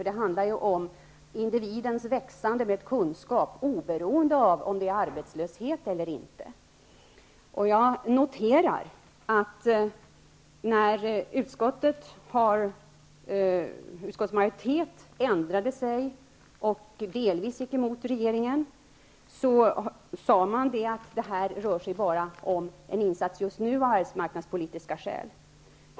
Det handlar ju om individens växande med kunskap oberoende av om det är hög arbetslöshet eller inte. Jag noterar att när utskottets majoritet ändrade sig och delvis gick emot regeringen sade man att det bara rör sig om en insats just nu, av arbetsmarknadspolitiska skäl.